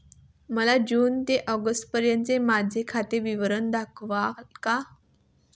मला जून ते ऑगस्टपर्यंतचे माझे खाते विवरण दाखवाल का?